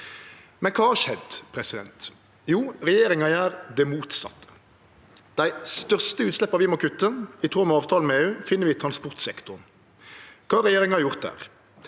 men kva har skjedd? Jo, regjeringa gjer det motsette. Dei største utsleppa vi må kutte, i tråd med avtalen med EU, finn vi i transportsektoren. Kva har regjeringa gjort der?